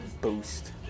boost